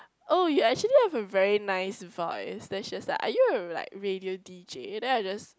oh you actually have a very nice voice then she was like are you like a radio d_j then I just